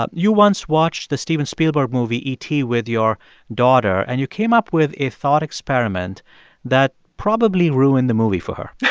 you once watched the steven spielberg movie e t. with your daughter. and you came up with a thought experiment that probably ruined the movie for her